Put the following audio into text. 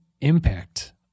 impact